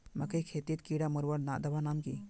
मकई खेतीत कीड़ा मारवार दवा नाम की?